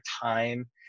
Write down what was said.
time